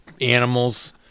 animals